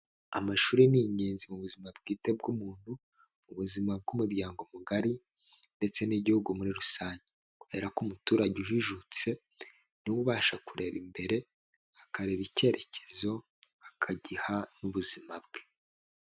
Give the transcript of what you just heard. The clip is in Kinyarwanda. Amashuri ni ingenzi mu buzima bwite bw'umuntu, mu buzima bw'umuryango mugari ndetse n'igihugu muri rusange kubera ko umuturage ujijutse, ni we ubasha kureba imbere akareba ikerekezo akagiha n'ubuzima bwe.